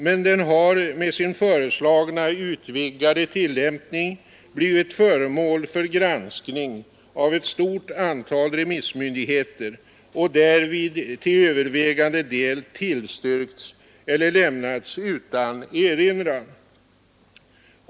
Men den har med sin föreslagna utvidgade tillämpning blivit föremål för granskning av ett stort antal remissmyndigheter och därvid till övervägande del tillstyrkts eller lämnats utan erinran.